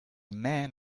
man